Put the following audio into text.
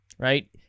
Right